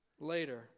later